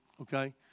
okay